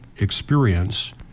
experience